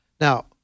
Now